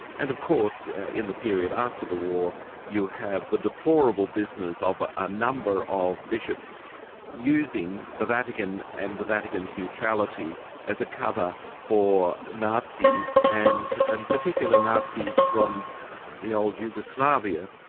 and of course in the period after the war you have the deplorable business of ah a number of bishops using the vatican and the vatican's neutrality as a cover for nazis and and particular nazis from the old yugoslavia,